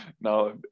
Now